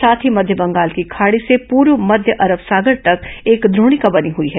साथ ही मध्य बंगाल की खाड़ी से पूर्व मध्य अरब सागर तक एक द्रोणिका बनी हुई है